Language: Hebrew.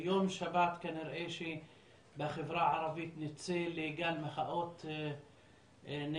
ביום שבת כנראה שבחברה הערבית נצא לגל מחאות נגד